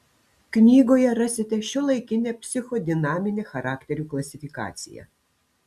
knygoje rasite šiuolaikinę psichodinaminę charakterių klasifikaciją